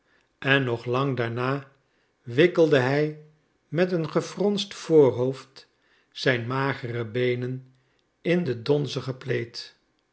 en nog lang daarna wikkelde hij met een gefronst voorhoofd zijn magere beenen in den